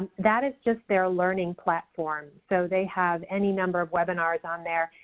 that is just their learning platform. so they have any number of webinars on there.